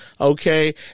okay